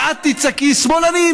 ואת תצעקי: שמאלנים,